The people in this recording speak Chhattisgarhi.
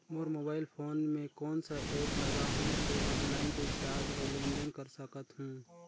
मोर मोबाइल फोन मे कोन सा एप्प लगा हूं तो ऑनलाइन रिचार्ज और लेन देन कर सकत हू?